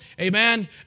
Amen